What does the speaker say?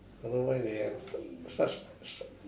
don't know why they have such sh~